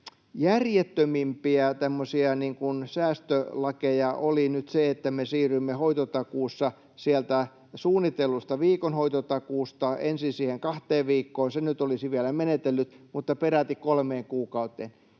tämmöisiä säästölakeja oli nyt se, että me siirrymme hoitotakuussa sieltä suunnitellusta viikon hoitotakuusta ensin siihen kahteen viikkoon — se nyt olisi vielä menetellyt — mutta peräti kolmeen kuukauteen.